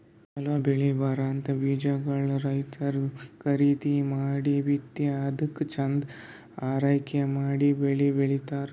ಛಲೋ ಬೆಳಿ ಬರಂಥ ಬೀಜಾಗೋಳ್ ರೈತರ್ ಖರೀದಿ ಮಾಡಿ ಬಿತ್ತಿ ಅದ್ಕ ಚಂದ್ ಆರೈಕೆ ಮಾಡಿ ಬೆಳಿ ಬೆಳಿತಾರ್